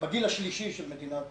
מוטב